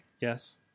Yes